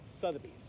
Sotheby's